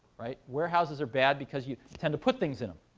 right? warehouses are bad, because you tend to put things in them.